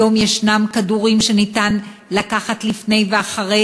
היום יש כדורים שאפשר לקחת לפני ואחרי